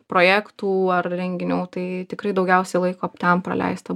projektų ar renginių tai tikrai daugiausia laiko ten praleista